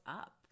up